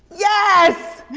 yes.